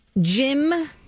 Jim